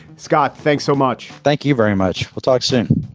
scott. thanks so much. thank you very much. we'll talk soon